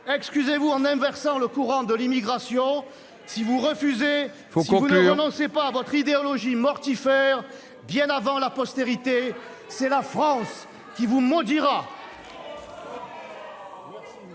Excusez-vous en inversant le courant de l'immigration ! C'est terminé ! Si vous refusez, si vous ne renoncez pas à votre idéologie mortifère, bien avant la postérité, c'est la France qui vous maudira